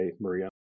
Maria